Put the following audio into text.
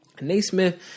Naismith